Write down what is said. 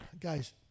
Guys